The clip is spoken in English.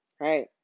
Right